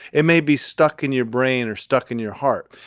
it may be stuck in your brain or stuck in your heart.